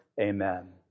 Amen